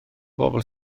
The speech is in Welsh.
bobl